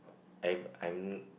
I'm I'm